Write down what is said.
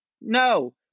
no